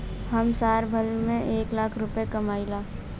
हम साल भर में एक लाख रूपया कमाई ला